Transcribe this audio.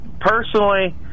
personally